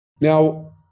Now